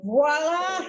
Voila